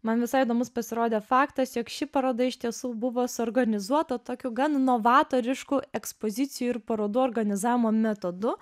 man visai įdomus pasirodė faktas jog ši paroda iš tiesų buvo suorganizuota tokiu gan novatorišku ekspozicijų ir parodų organizavimo metodu